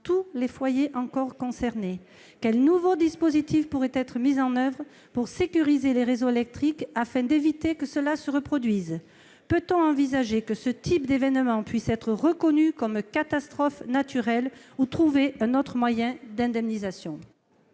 tous les foyers encore concernés ? Quels nouveaux dispositifs pourraient être mis en oeuvre pour sécuriser les réseaux électriques afin d'éviter que cela ne se reproduise ? Peut-on envisager que ce type d'événement puisse être reconnu comme catastrophe naturelle ou trouver un autre moyen d'indemnisation ?